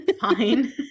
Fine